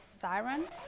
siren